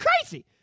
crazy